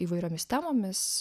įvairiomis temomis